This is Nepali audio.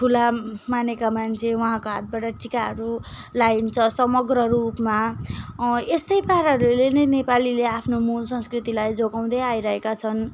ठुला मानेका मान्छे उहाँको हातबाट टिकाहरू लगाइन्छ समग्र रूपमा अँ यस्तै कारणहरूले नै नेपालीले आफ्नो मूल संस्कृतिलाई जोगाउँदै आइरहेका छन्